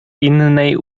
innej